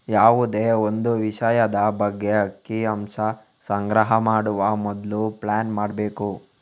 ಯಾವುದೇ ಒಂದು ವಿಷಯದ ಬಗ್ಗೆ ಅಂಕಿ ಅಂಶ ಸಂಗ್ರಹ ಮಾಡುವ ಮೊದ್ಲು ಪ್ಲಾನ್ ಮಾಡ್ಬೇಕು